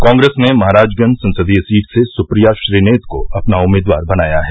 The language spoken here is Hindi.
कांग्रेस ने महाराजगंज संसदीय सीट से सुप्रिया श्रीनेत को अपना उम्मीदवार बनाया है